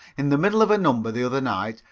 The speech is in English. in the middle of a number, the other night,